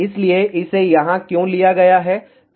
इसलिए इसे यहां क्यों लिया गया है